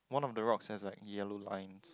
one of the rocks has a yellow lines